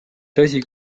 tõsi